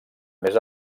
més